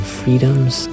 freedoms